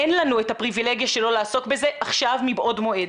אין לנו את הפריבילגיה שלא לעסוק בזה עכשיו מבעוד מועד.